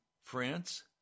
France